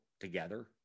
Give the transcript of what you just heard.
together